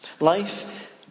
Life